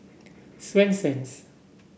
Swensens